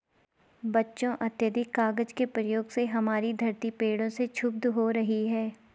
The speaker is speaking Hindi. बच्चों अत्याधिक कागज के प्रयोग से हमारी धरती पेड़ों से क्षुब्ध हो रही है